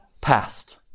past